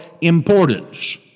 importance